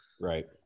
right